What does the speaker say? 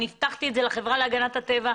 אני הבטחתי את זה לחברה להגנת הטבע,